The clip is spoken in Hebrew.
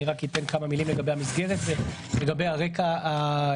אני רק אתן כמה מילים לגבי המסגרת ולגבי הרקע ההיסטורי,